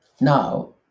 Now